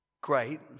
great